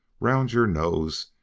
round your nose,